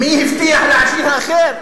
מי הבטיח לעשיר האחר?